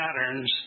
patterns